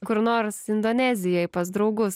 kur nors indonezijoj pas draugus